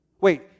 Wait